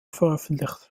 veröffentlicht